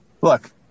look